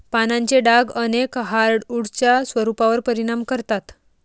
पानांचे डाग अनेक हार्डवुड्सच्या स्वरूपावर परिणाम करतात